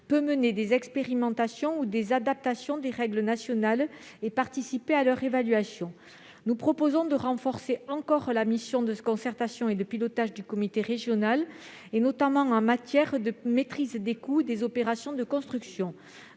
peut mener des expérimentations ou des adaptations des règles nationales et participer à leur évaluation. Nous proposons de renforcer encore la mission de concertation et de pilotage du CRHH, notamment en matière de maîtrise des coûts des opérations de construction.